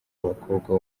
abakobwa